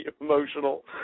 emotional